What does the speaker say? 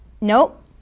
nope